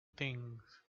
things